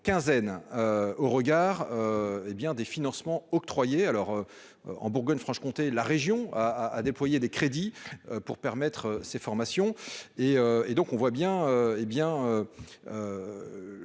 quinzaine. Au regard. Hé bien des financements octroyés alors. En Bourgogne Franche-Comté, la région a a déployé des crédits pour permettre ces formations et et donc on voit bien,